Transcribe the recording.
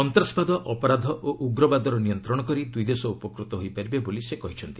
ସନ୍ତାସବାଦ ଅପରାଧ ଓ ଉଗ୍ରବାଦର ନିୟନ୍ତ୍ରଣ କରି ଦୁଇ ଦେଶ ଉପକୃତ ହୋଇପାରିବେ ବୋଲି ସେ କହିଛନ୍ତି